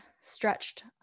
stretched